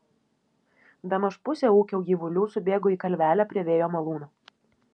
bemaž pusė ūkio gyvulių subėgo į kalvelę prie vėjo malūno